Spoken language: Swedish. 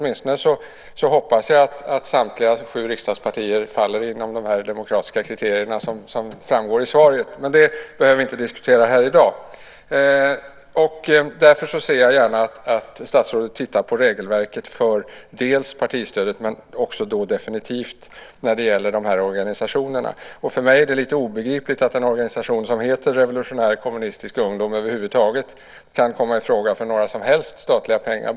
Jag hoppas åtminstone att samtliga sju riksdagspartier faller inom dessa demokratiska kriterier som framgår i svaret. Men det behöver vi inte diskutera här i dag. Därför ser jag gärna att statsrådet tittar på regelverket för partistödet men också definitivt när det gäller dessa organisationer. För mig är det obegripligt att en organisation som heter Revolutionär Kommunistisk Ungdom över huvud taget kan komma i fråga för några som helst statliga pengar.